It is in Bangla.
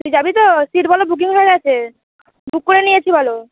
তুই যাবি তো সিট বলে বুকিং হয়ে গেছে বুক করে নিয়েছি বলো